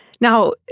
Now